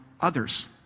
others